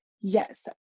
Yes